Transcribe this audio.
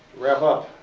wrap up.